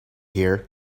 here